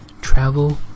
Travel